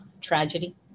tragedy